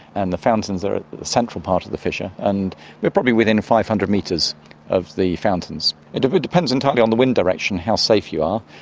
and the fountains are at the central part of the fissure, and we are probably within five hundred metres of the fountains. it depends entirely on the wind direction, how safe you are.